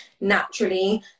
naturally